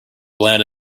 bland